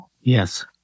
Yes